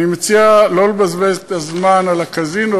אני מציע לא לבזבז את הזמן על הקזינו